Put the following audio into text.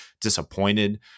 disappointed